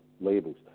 labels